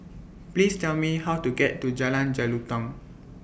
Please Tell Me How to get to Jalan Jelutong